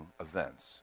events